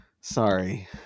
Sorry